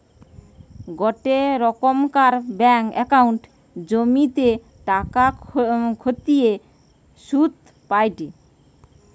গোটে রোকমকার bank account জেটিতে টাকা খতিয়ে শুধ পায়টে